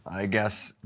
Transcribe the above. i guess,